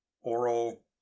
oral